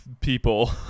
people